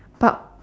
but